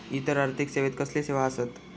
इतर आर्थिक सेवेत कसले सेवा आसत?